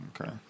Okay